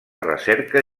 recerca